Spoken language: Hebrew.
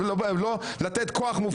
לא לתת כוח מופרז לצד אחד.